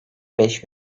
beş